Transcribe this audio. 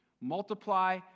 multiply